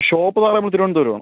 shop Thiruvananthapuram ആണ്